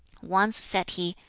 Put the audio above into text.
once said he,